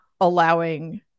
allowing